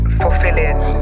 fulfilling